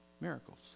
miracles